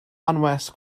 anwes